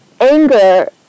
anger